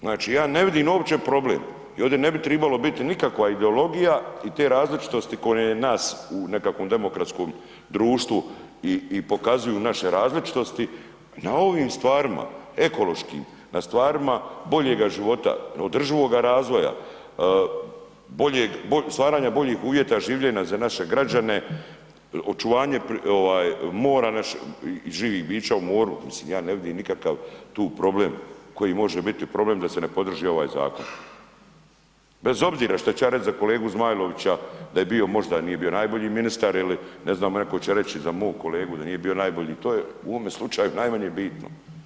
Znači ja ne vidim uopće problem i ovdje ne bi trebalo biti nikakva ideologija i te različitosti koje nas u nekakvom demokratskom društvu i pokazuju naše različitosti, na ovim stvarima, ekološkim, na stvarima boljega života, održivoga razvija, stvaranja boljih uvjeta življenja za naše građane, očuvanje mora i živih bića u moru, mislim, ja ne vidim nikakav tu problem koji može biti problem da se ne podrži ovaj zakona bez obzira što ću ja reći za kolegu Zmajlovića da možda nije bio najbolji ministar ili ne znam, neko će reći za mog kolegu da nije bio najbolje i to je u ovome slučaju najmanje bitno.